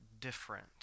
different